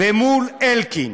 ומול אלקין,